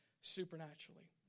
supernaturally